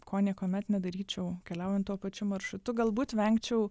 ko niekuomet nedaryčiau keliaujant tuo pačiu maršrutu galbūt vengčiau